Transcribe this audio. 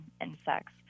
insects